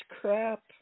crap